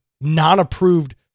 non-approved